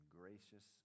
gracious